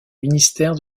ministère